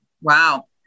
Wow